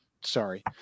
Sorry